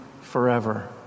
forever